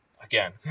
again